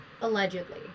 Allegedly